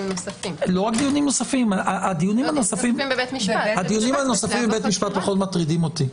נוספים הדיונים הנוספים בבתי המשפט פחות מטרידים אותי.